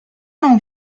non